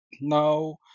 Now